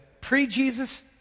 pre-Jesus